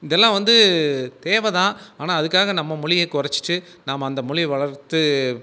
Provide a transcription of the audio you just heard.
இதெலாம் வந்து தேவைதான் ஆனால் அதுக்காக நம்ம மொழியை குறச்சிட்டு நம்ப அந்த மொழியை வளர்த்து